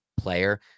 player